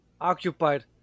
occupied